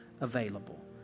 available